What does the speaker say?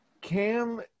Cam